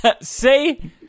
See